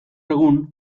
egun